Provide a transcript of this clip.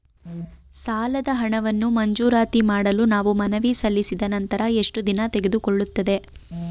ಸಾಲದ ಹಣವನ್ನು ಮಂಜೂರಾತಿ ಮಾಡಲು ನಾವು ಮನವಿ ಸಲ್ಲಿಸಿದ ನಂತರ ಎಷ್ಟು ದಿನ ತೆಗೆದುಕೊಳ್ಳುತ್ತದೆ?